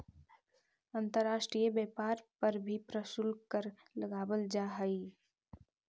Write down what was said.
अंतर्राष्ट्रीय व्यापार पर भी प्रशुल्क कर लगावल जा हई